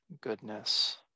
goodness